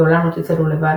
לעולם לא תצעדו לבד,